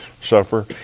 suffer